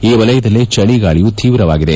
ಈ ವಲಯದಲ್ಲಿ ಚಳಿ ಗಾಳಿಯು ತೀವ್ರವಾಗಿದೆ